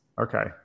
Okay